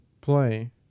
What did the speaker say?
play